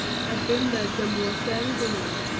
had been the demoiselles d'honneur.